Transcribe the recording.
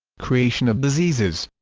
creation of diseases